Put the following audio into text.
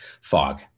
Fog